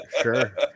sure